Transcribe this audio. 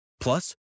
Plus